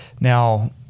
now